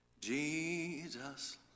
Jesus